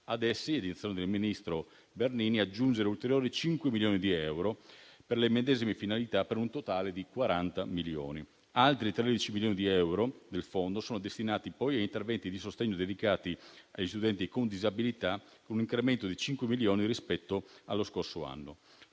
Ad essi è intenzione del ministro Bernini aggiungere ulteriori 5 milioni di euro per le medesime finalità, per un totale di 40 milioni. Altri 13 milioni di euro del fondo sono destinati poi a interventi di sostegno dedicati agli studenti con disabilità, con un incremento di 5 milioni rispetto allo scorso anno.